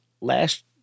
last